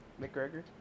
McGregor